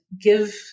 give